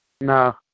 No